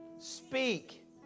Speak